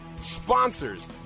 sponsors